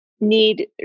need